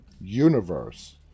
universe